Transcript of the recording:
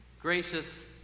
Gracious